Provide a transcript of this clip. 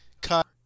Cut